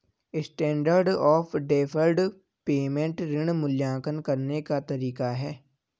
standard of deferred payment ऋण मूल्यांकन करने का तरीका है